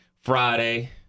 Friday